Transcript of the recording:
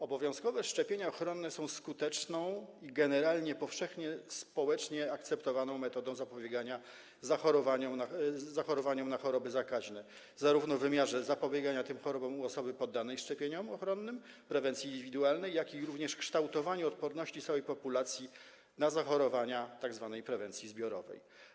Obowiązkowe szczepienia ochronne są skuteczną i generalnie powszechnie społecznie akceptowaną metodą zapobiegania zachorowaniom na choroby zakaźne, zarówno w wymiarze zapobiegania tym chorobom u osoby poddanej szczepieniom ochronnym, prewencji indywidualnej, jak i w wymiarze kształtowania odporności całej populacji na zachorowania, tzw. prewencji zbiorowej.